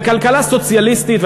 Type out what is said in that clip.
וכלכלה סוציאליסטית,